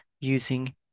using